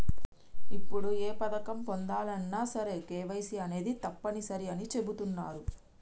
ఇప్పుడు ఏ పథకం పొందాలన్నా సరే కేవైసీ అనేది తప్పనిసరి అని చెబుతున్నరు